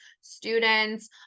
students